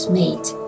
made